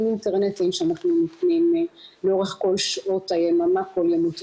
אינטרנטיים שאנחנו נותנים לאורך כל שעות היממה כל ימות השבוע.